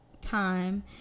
time